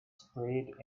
sprayed